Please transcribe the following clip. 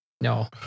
No